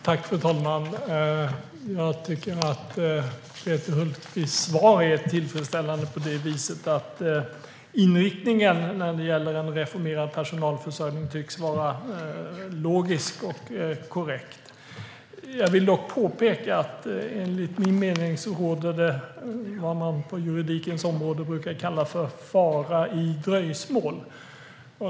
Fru talman! Jag tycker att Peter Hultqvists svar är tillfredsställande på det viset att inriktningen när det gäller en reformerad personalförsörjning tycks vara logisk och korrekt. Jag vill dock påpeka att det enligt min mening är vad man på juridikens område brukar kalla "fara i dröjsmål".